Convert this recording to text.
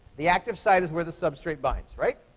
the active site is where the substrate binds, right?